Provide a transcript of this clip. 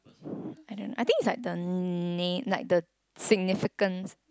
I don't know I think is like the name like the significance